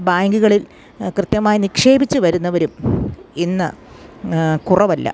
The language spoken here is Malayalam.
ബാങ്കുകളിൽ കൃത്യമായി നിക്ഷേപിച്ച് വരുന്നവരും ഇന്ന് കുറവല്ല